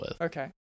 okay